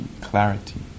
clarity